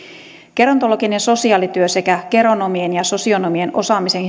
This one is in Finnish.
gerontologinen sosiaalityö sekä geronomien ja sosionomien osaamisen